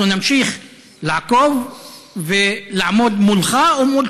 אנחנו נמשיך לעקוב ולעמוד מולך או מול